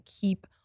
keep